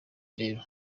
rero